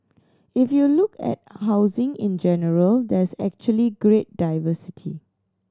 if you look at housing in general there's actually great diversity